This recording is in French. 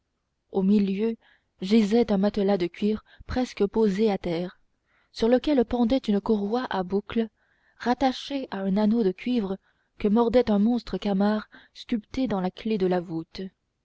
au milieu gisait un matelas de cuir presque posé à terre sur lequel pendait une courroie à boucle rattachée à un anneau de cuivre que mordait un monstre camard sculpté dans la clef de la voûte